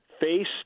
face